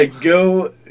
go